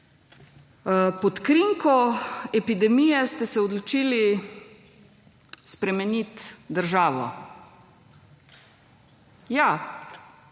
Pod krinko epidemije ste se odločili spremeniti državo. Ja,